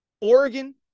Oregon